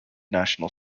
national